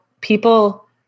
people